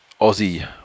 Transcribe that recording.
Aussie